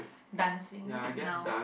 dancing orh now